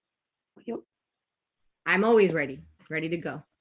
yep i'm always ready ready to go.